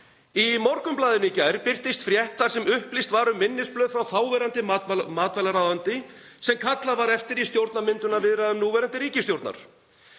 Í Morgunblaðinu í gær birtist frétt þar sem upplýst var um minnisblöð frá þáverandi matvælaráðuneyti sem kallað var eftir í stjórnarmyndunarviðræðum núverandi ríkisstjórnar.